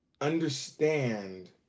understand